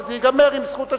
וזה ייגמר עם זכות השיבה.